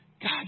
God